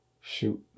Shoot